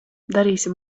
darīsim